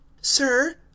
sir